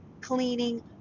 cleaning